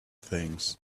things